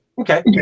Okay